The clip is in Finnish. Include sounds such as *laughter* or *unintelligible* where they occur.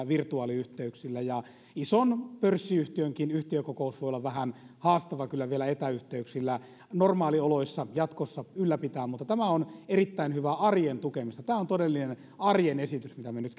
*unintelligible* virtuaaliyhteyksillä ja ison pörssiyhtiön yhtiökokouskin voi olla vähän haastava kyllä vielä etäyhteyksillä normaalioloissa jatkossa ylläpitää mutta tämä on erittäin hyvää arjen tukemista tämä on todellinen arjen esitys mitä me nyt *unintelligible*